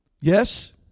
Yes